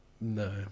No